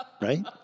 Right